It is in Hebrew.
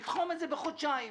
מיקי צודק בעניין הזה - בחודשיים.